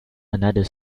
another